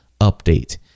Update